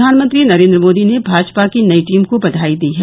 प्रधानमंत्री नरेन्द्र मोदी ने भाजपा की नई टीम को बधाई दी है